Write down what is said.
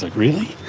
like really?